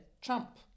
Trump